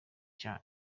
cya